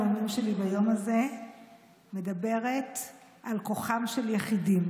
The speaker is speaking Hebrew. ביום הזה אני מדברת על כוחם של יחידים.